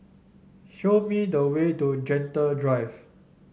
show me the way to Gentle Drive